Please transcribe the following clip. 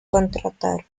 contrataron